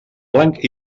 blanc